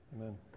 Amen